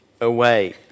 away